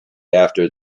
after